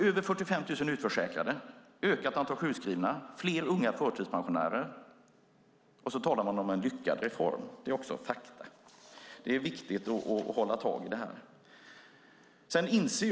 Över 45 000 utförsäkrade, ökat antal sjukskrivna, fler unga förtidspensionärer - och så talar man om en lyckad reform. Det är också fakta. Det är viktigt att hålla sig till det.